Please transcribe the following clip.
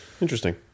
Interesting